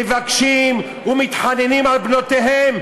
מבקשים ומתחננים על בנותיהם,